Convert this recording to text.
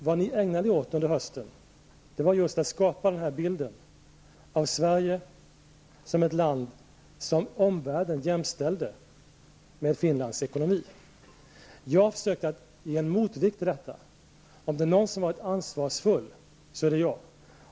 Vad ni ägnade er åt under hösten var just att skapa bilden av Sverige som ett land som omvärlden jämställde med Finland när det gällde ekonomin. Jag har försökt ge en motvikt till detta. Om det är någon som har varit ansvarsfull så är det jag.